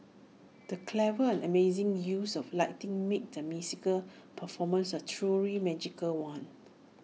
the clever and amazing use of lighting made the musical performance A truly magical one